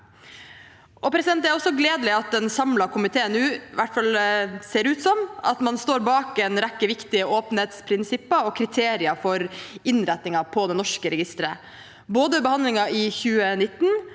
Det er også gledelig at en samlet komité nå ser ut til å stå bak en rekke viktige åpenhetsprinsipper og kriterier for innretningen på det norske registeret. Både ved behandlingen i 2019